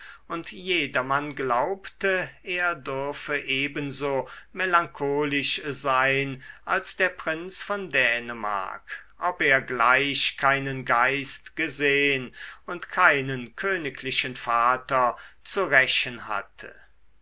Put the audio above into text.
und jedermann glaubte er dürfe ebenso melancholisch sein als der prinz von dänemark ob er gleich keinen geist gesehn und keinen königlichen vater zu rächen hatte